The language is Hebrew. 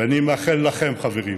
ואני מאחל לכם, חברים,